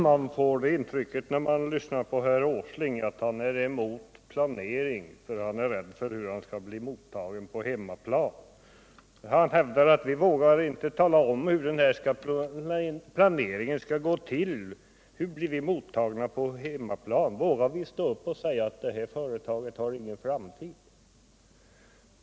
Herr talman! När man lyssnar på Nils Åsling får man intrycket att han är emot planering därför att han är rädd för hur han skall bli mottagen på hemmaplan. Och han hävdar att vi inte heller vågar tala om hur planeringen skall gå till, vi vågar inte stå upp och säga att ”det här företaget har ingen framtid”.